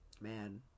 Man